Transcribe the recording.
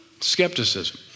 Skepticism